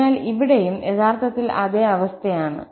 അതിനാൽ ഇവിടെയും യഥാർത്ഥത്തിൽ അതേ അവസ്ഥയാണ്